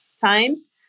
times